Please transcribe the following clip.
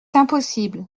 impossible